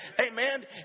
Amen